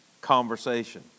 conversation